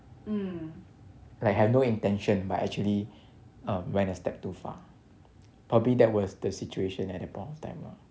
like have no intention but actually err went a step too far probably that was the situation at that point of time lah